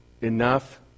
enough